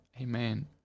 Amen